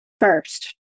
first